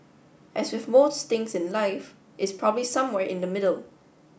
as with most things in life it's probably somewhere in the middle